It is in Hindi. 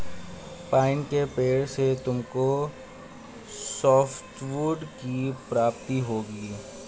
पाइन के पेड़ से तुमको सॉफ्टवुड की प्राप्ति होगी